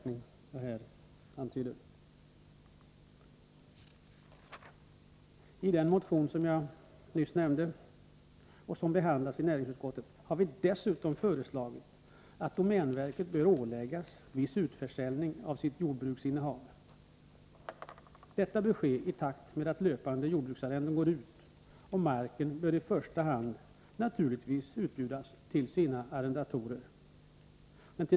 I den motion som jag nyss åberopade och som behandlas i näringsutskottet har vi dessutom föreslagit att domänverket skall åläggas att genomföra viss utförsäljning av sitt jordbruksinnehav. Detta bör ske i takt med att löpande jordbruksarrenden går ut, och marken bör naturligtvis i första hand utbjudas till de nuvarande arrendatorerna.